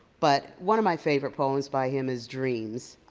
but one of my favorite poems by him is dreams,